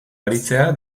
aritzea